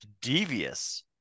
devious